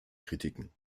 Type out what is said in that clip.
kritiken